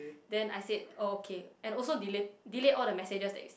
then I said oh okay and also delayed delete all the messages that you sent